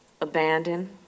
abandon